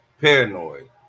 paranoid